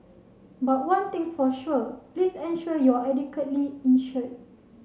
but one thing's for sure please ensure you are adequately insured